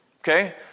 Okay